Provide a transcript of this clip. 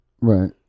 Right